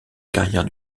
carrière